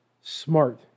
smart